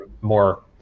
more